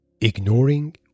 ignoring